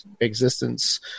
existence